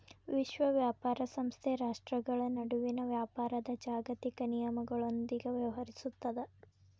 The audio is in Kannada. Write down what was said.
ವಿಶ್ವ ವ್ಯಾಪಾರ ಸಂಸ್ಥೆ ರಾಷ್ಟ್ರ್ಗಳ ನಡುವಿನ ವ್ಯಾಪಾರದ್ ಜಾಗತಿಕ ನಿಯಮಗಳೊಂದಿಗ ವ್ಯವಹರಿಸುತ್ತದ